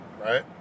right